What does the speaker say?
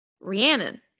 Rhiannon